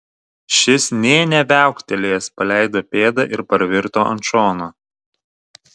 šis nė neviauktelėjęs paleido pėdą ir parvirto ant šono